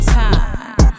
time